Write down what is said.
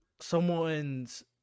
someone's